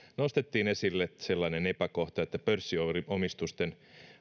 nostettiin esille sellainen epäkohta että pörssiomistusten